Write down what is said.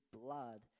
blood